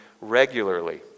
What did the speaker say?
regularly